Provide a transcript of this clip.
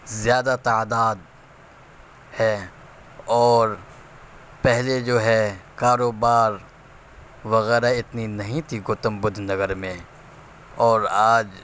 زیادہ تعداد ہے اور پہلے جو ہے کاروبار وغیرہ اتنی نہیں تھی گوتم بدھ نگر میں اور آج